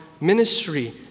ministry